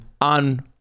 on